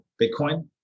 Bitcoin